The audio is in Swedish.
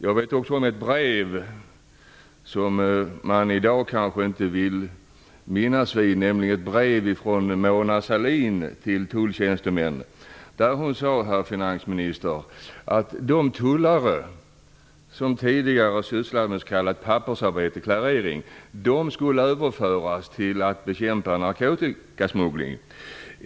Jag känner också till ett brev som man i dag kanske inte vill kännas vid, nämligen ett brev från Mona Sahlin till tulltjänstemännen. Hon skrev, herr finansminister, att de tullare som tidigare sysslade med s.k. pappersarbete, klarering, skulle överföras till att bekämpa narkotikasmugglingen.